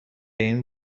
این